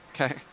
Okay